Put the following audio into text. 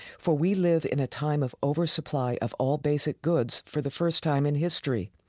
for we live in a time of oversupply of all basic goods for the first time in history,